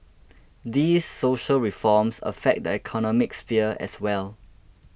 these social reforms affect the economic sphere as well